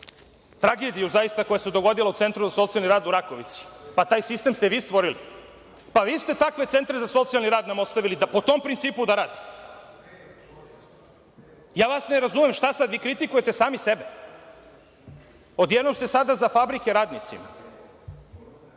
tragediju koja se dogodila u Centru za socijalni rad u Rakovici. Taj sistem ste vi stvorili. Vi ste nam takve centre za socijalni rad ostavili, po tom principu da radi. Ne razumem vas. Vi sada kritikujete sami sebe, odjednom ste sada za fabrike radnicima.